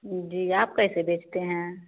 जी आप कैसे बेचते हैं